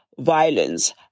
violence